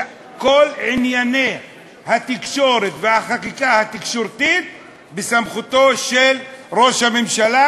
כל ענייני התקשורת והחקיקה התקשורתית בסמכותו של ראש הממשלה,